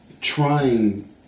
trying